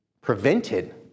prevented